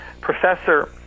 professor